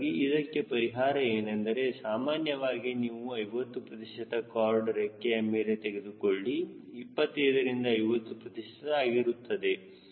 ಹೀಗಾಗಿ ಇದಕ್ಕೆ ಪರಿಹಾರ ಏನೆಂದರೆ ಸಾಮಾನ್ಯವಾಗಿ ನೀವು 50 ಪ್ರತಿಶತ ಕಾರ್ಡ್ ರೇಖೆಯ ಮೇಲೆ ತೆಗೆದುಕೊಳ್ಳಿ 25 ರಿಂದ 50 ಪ್ರತಿಶತ ಆಗಿರುತ್ತದೆ